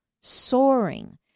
soaring